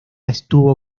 estuvo